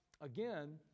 again